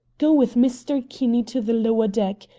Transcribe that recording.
go with mr. kinney to the lower deck.